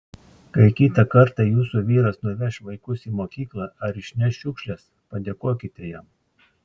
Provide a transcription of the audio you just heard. kai kitą kartą jūsų vyras nuveš vaikus į mokyklą ar išneš šiukšles padėkokite jam